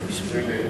מפוצלת,